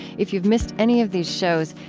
if you've missed any of these shows,